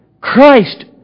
Christ